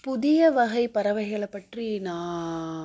புதிய வகை பறவைகளை பற்றி நான்